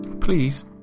Please